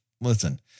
listen